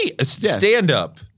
stand-up